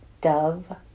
Dove